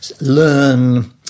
learn